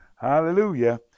hallelujah